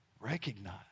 recognize